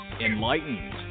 enlightened